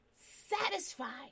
satisfied